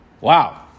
Wow